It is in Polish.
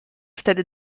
wtedy